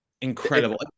incredible